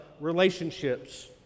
relationships